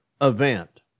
event